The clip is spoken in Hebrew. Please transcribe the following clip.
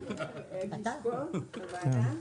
(מוצגת תמונה)